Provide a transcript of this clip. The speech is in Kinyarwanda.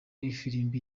ifirimbi